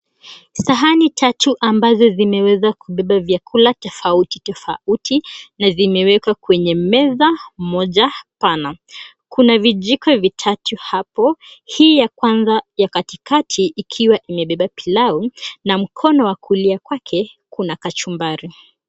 Sahani tatu ambazo zimeweza kubeba vyakula tofauti tofauti na zimewekwa kwenye meza moja pana. Kuna vijiko vitatu hapo, hii ya kwanza ya katikati ikiwa imebeba pilau na mkono wa kulia kwake kuna kachumbari.